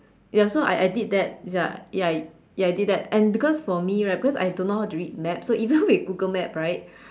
ya so I I did that ya ya ya I did that and because for me right because I don't know how to read map so even with Google maps right